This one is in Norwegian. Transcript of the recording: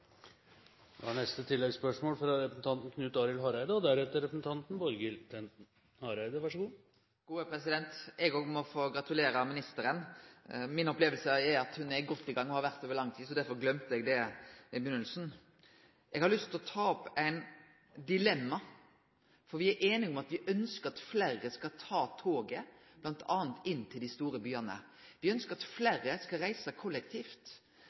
få gratulere ministeren. Mi oppleving er at ho er godt i gang og har vore det over lang tid, derfor gløymde eg det i begynninga. Eg har lyst til å ta opp eit dilemma, for vi er einige om at me ønskjer at fleire skal ta toget, bl.a. inn til dei store byane. Me ønskjer at fleire skal reise kollektivt,